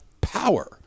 power